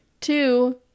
two